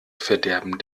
verderben